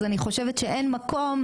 אז אני חושבת שאין מקום,